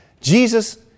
Jesus